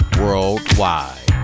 worldwide